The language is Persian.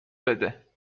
بده